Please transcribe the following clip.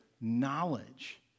knowledge